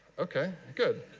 ok, good.